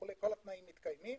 כל התנאים מתקיימים